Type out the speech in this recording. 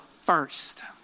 first